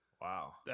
Wow